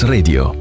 Radio